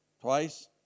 twice